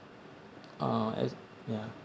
uh as ya